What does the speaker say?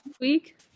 week